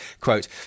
Quote